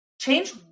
change